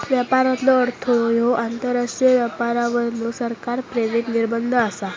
व्यापारातलो अडथळो ह्यो आंतरराष्ट्रीय व्यापारावरलो सरकार प्रेरित निर्बंध आसा